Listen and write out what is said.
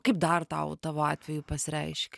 kaip dar tau tavo atveju pasireiškia